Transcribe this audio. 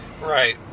Right